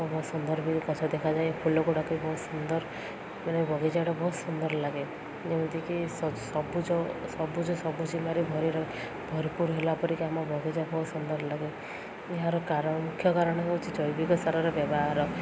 ବହୁତ ସୁନ୍ଦର ବି ଗଛ ଦେଖାଯାଏ ଫୁଲ ଗୁଡ଼ାକ ବି ବହୁତ ସୁନ୍ଦର ମାନେ ବଗିଚାଟା ବହୁତ ସୁନ୍ଦର ଲାଗେ ଯେମିତିକି ସବୁଜ ସବୁଜ ସବୁସୀମାରେ ଭରି ଭରପୁର ହେଲାପରିକି ଆମ ବଗିଚା ବହୁତ ସୁନ୍ଦର ଲାଗେ ଏହାର କାରଣ ମୁଖ୍ୟ କାରଣ ହେଉଛି ଜୈବିକ ସାରର ବ୍ୟବହାର